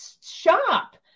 shop